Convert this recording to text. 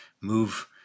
move